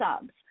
subs